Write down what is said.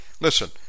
Listen